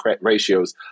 ratios